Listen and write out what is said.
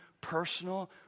personal